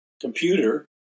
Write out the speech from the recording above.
computer